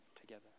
together